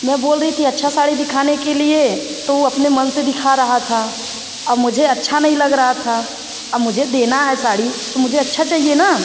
मैं बोल रही थी अच्छी साड़ी दिखाने के लिए तो वो अपने मन से दिखा रहा था अब मुझे अच्छा नहीं लग रहा था अब मुझे देना है साड़ी तो मुझे अच्छा चाहिए ना